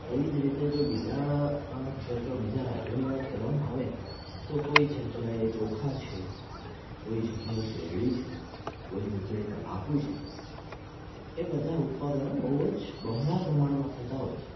એવી જ રીતે જો બીજા ક્ષેત્રો બીજા રાજ્યોની વાત કરવામાં આવે તો કોઈ જગ્યાએ ચોખા છે કોઈ જગ્યાએ શેરડી છે કોઈ જગ્યાએ તમાકુ છે એ બધાં ઉત્પાદનો બહુ જ બહોળાં પ્રમાણમાં થતાં હોય છે